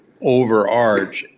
overarch